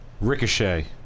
Ricochet